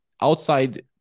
outside